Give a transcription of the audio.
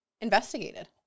investigated